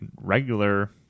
regular